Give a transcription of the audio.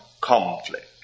conflict